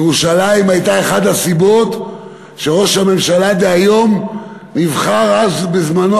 ירושלים הייתה אחת הסיבות שראש הממשלה דהיום נבחר אז בזמנו,